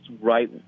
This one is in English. right